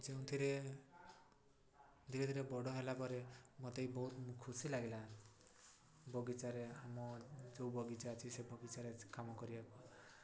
ଯେଉଁଥିରେ ଧୀରେ ଧୀରେ ବଡ଼ ହେଲା ପରେ ମତେ ବହୁତ ଖୁସି ଲାଗିଲା ବଗିଚାରେ ଆମ ଯେଉଁ ବଗିଚା ଅଛି ସେ ବଗିଚାରେ କାମ କରିବାକୁ